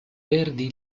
verdi